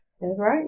right